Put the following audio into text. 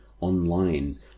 online